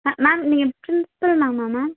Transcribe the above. ma'am நீங்கள் principal மேம்மா ma'am